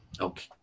Okay